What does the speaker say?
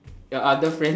your other friend